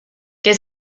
que